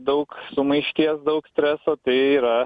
daug sumaišties daug streso tai yra